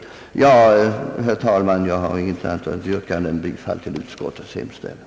Ja, herr talman, jag har intet annat yrkande än om bifall till utskottets hemställan.